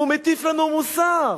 הוא מטיף לנו מוסר: